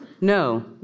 No